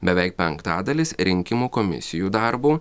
beveik penktadalis rinkimų komisijų darbu